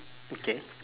okay